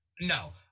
No